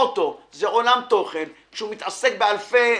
אוטו זה עולם תוכן שהוא מתעסק באלפי